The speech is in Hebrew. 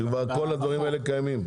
כלומר, כל הדברים האלה קיימים.